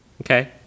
Okay